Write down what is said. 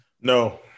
no